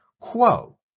quo